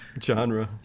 Genre